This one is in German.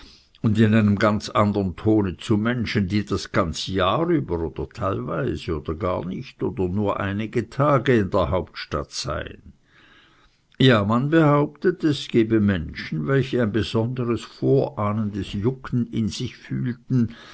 und in einem ganz andern tone zu menschen die das ganze jahr über oder teilweise oder nur einige tage in der hauptstadt seien ja man behauptet es gebe menschen welche ein besonderes vorahnendes jucken in sich fühlten